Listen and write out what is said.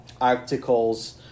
articles